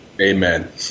Amen